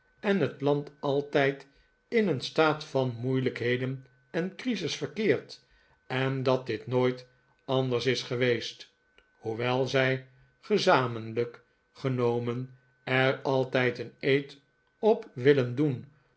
en het land altijd in een staat van moeilijkheden en crisis verkeert en dat dit nooit anders is geweest hoewel zij gezamenlijk genomen er altijd een eed op willen doen